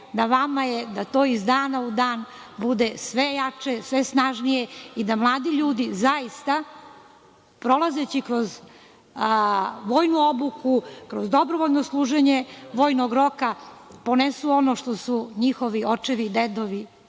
na vama je da to iz dana u dan bude sve jače, sve snažnije i da mladi ljudi zaista, prolazeći kroz vojnu obuku, kroz dobrovoljno služenje vojnog roka, ponesu ono što su njihovi očevi i dedovi